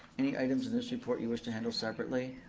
any items in this report you wish to handle separately?